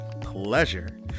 pleasure